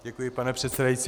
Děkuji, pane předsedající.